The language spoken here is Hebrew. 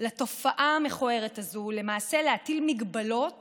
לתופעה המכוערת הזאת ולמעשה להטיל הגבלות